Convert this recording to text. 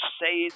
say